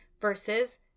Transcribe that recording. versus